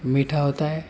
میٹھا ہوتا ہے